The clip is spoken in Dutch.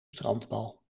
strandbal